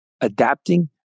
adapting